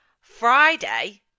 Friday